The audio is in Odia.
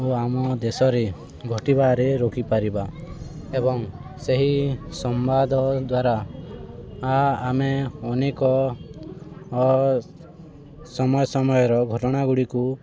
ଓ ଆମ ଦେଶରେ ଘଟିବାରେ ରୋକିପାରିବା ଏବଂ ସେହି ସମ୍ବାଦ ଦ୍ୱାରା ଆମେ ଅନେକ ସମୟ ସମୟର ଘଟଣା ଗୁଡ଼ିକୁ